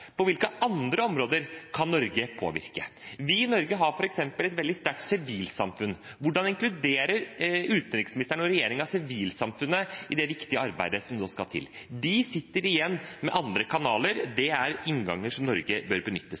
På hvilke andre områder kan Norge påvirke? Vi i Norge har f.eks. et veldig sterkt sivilsamfunn. Hvordan inkluderer utenriksministeren og regjeringen sivilsamfunnet i det viktige arbeidet som nå skal ta til? De sitter igjen med andre kanaler, og det er innganger som Norge bør